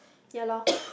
ya lor